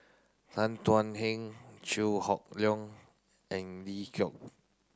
Tan Thuan Heng Chew Hock Leong and Lee Gee